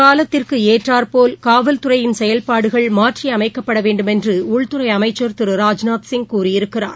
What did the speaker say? காலத்திற்கு ஏற்றாற்போல் காவல்துறையின் செயல்பாடுகள் மாற்றியமைகக்பபட வேண்டுமென்று உள்துறை அமைச்சர் திரு ராஜ்நாத்சிங் கூறியிருக்கிறார்